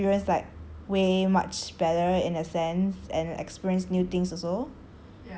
make my experience like way much better in a sense and experience new things also